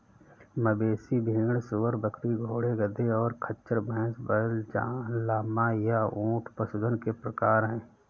मवेशी, भेड़, सूअर, बकरी, घोड़े, गधे, और खच्चर, भैंस, बैल, लामा, या ऊंट पशुधन के प्रकार हैं